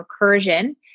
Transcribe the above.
Recursion